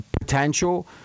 potential